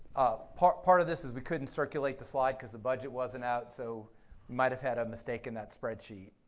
ah part part of this is we couldn't circulate the slide because the budget wasn't out so we might have had a mistake in that spreadsheet.